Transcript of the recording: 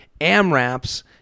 AMRAPs